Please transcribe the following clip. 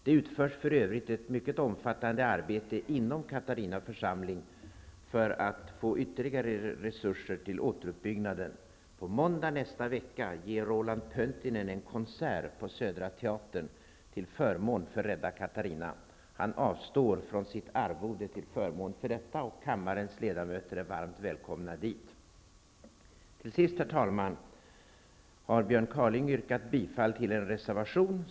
Det utförs för övrigt ett mycket omfattande arbete inom Katarina församling för att få ytterligare resurser till återuppbyggnaden. På måndag nästa vecka ger Roland Pöntinen en konsert på Södra teatern till förmån för Rädda Katarina. Han avstår från sitt arvode till förmån för detta. Kammarens ledamöter är varmt välkomna dit. Till sist, herr talman, har Björn Kaaling yrkat bifall till en reservation.